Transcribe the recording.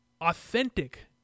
authentic